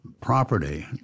property